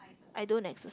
I don't exerc~